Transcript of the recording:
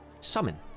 summon